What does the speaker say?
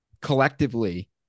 collectively